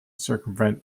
circumvent